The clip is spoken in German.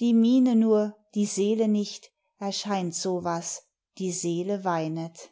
die miene nur die seele nicht erscheint so was die seele weinet